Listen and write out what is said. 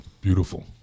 Beautiful